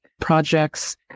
projects